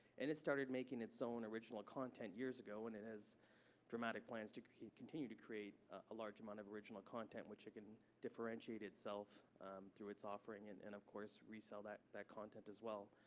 and it started making its own original content years ago, and it has dramatic plans to continue to create a large amount of original content which can differentiate itself through its offering, and and of course, resell that that content as well.